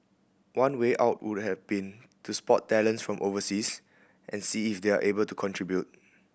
one way out would have been to spot talents from overseas and see if they're able to contribute